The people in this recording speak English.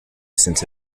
since